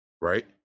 right